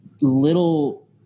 little